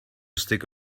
stick